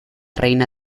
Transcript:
reina